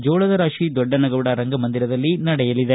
ಜೋಳದರಾಶಿ ದೊಡ್ಡನಗೌಡ ರಂಗಮಂದಿರದಲ್ಲಿ ನಡೆಯಲಿದೆ